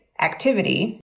activity